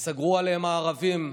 סגרו עליהם הערבים,